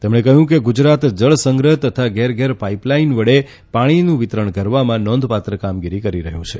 તેમણે કહ્યું કે ગુજરાત જળસંગ્રહ તથા ઘેર ઘેર પાઇપલાઇન વડે પાણીનું વિતરણ કરવામાં નોંધપાત્ર કામગીરી કરી રહ્યું છે